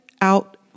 out